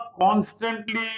Constantly